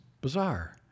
bizarre